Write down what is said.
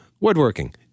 Woodworking